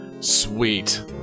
Sweet